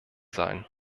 sein